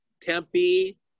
tempe